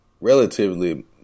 relatively